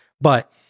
But-